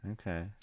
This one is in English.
Okay